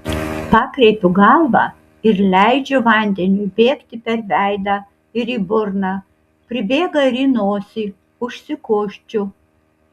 pakreipiu galvą ir leidžiu vandeniui bėgti per veidą ir į burną pribėga ir į nosį užsikosčiu